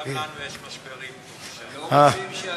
גם לנו יש משברים, לא רוצים שאתם,